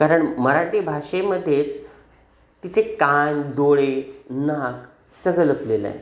कारण मराठी भाषेमध्येच तिचे कान डोळे नाक सगळं लपलेलं आहे